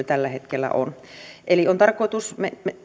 tällä hetkellä eli on tarkoitus